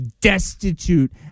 destitute